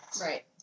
Right